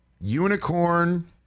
Unicorn